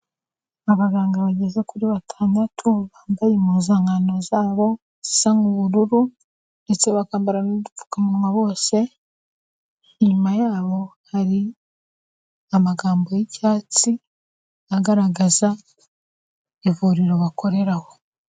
Abaganga bageze kuri batandatu bambye impuzankano zabo zisa nk'ubururu ndetse bakambara n'udupfukamunwa bose, inyuma yabo hari amagambo y'icyatsi agaragaza ivuriro bakoreraho.